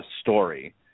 story